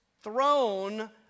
throne